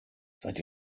seid